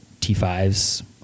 t5s